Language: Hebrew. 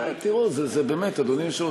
אדוני היושב-ראש,